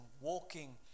walking